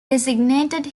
designated